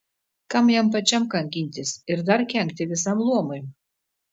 kam jam pačiam kankintis ir dar kenkti visam luomui